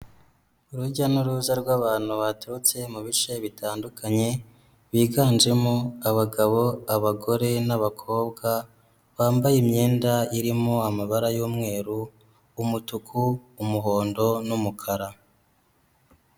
Urujya nuruza rw'abantu baturutse mu bice bitandukanye biganjemo abagabo ,abagore ,n'abakobwa bambaye imyenda irimo amabara y'umweru, umutuku, umuhondo, n'umukara.